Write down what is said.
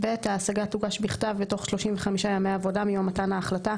(ב) ההשגה תוגש בכתב בתוך 35 ימי עבודה מיום מתן ההחלטה,